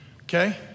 okay